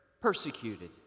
persecuted